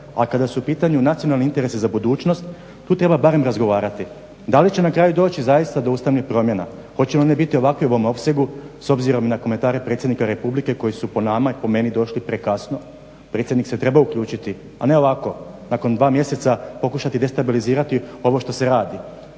kada su u pitanju nacionalni interesi za budućnost tu treba barem razgovarati. Da li će na kraju zaista doći do ustavnih promjena, hoće li one biti u ovakvom opsegu s obzirom na komentare predsjednika Republike koji su po nama i po meni došli prekasno? Predsjednik se trebao uključiti, a ne ovako nakon dva mjeseca pokušati destabilizirati ovo što se radi.